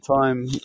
time